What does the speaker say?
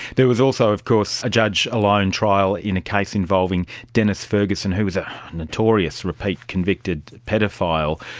there was also of course a judge-alone trial in a case involving dennis ferguson who was a notorious repeat convicted paedophile,